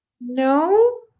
No